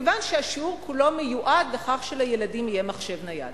כיוון שהשיעור כולו מיועד לכך שלילדים יהיה מחשב נייד.